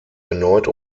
erneut